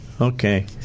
Okay